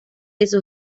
eso